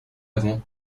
avant